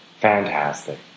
Fantastic